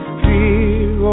fear